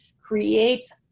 creates